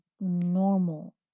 normal